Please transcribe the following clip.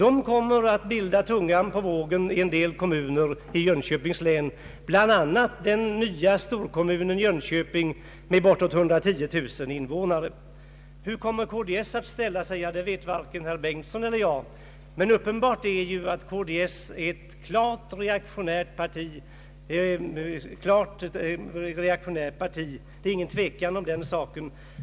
KDS kommer att bli tungan på vågen i en del kommuner i Jönköpings län, bl.a. den nya storkommunen Jönköping med bortåt 110 000 invånare. Hur kommer KDS att rösta? Ja det vet varken herr Bengtson eller jag, men uppenbart är att KDS är ett klart reaktionärt parti — det är ingen tvekan om den saken.